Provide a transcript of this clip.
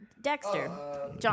Dexter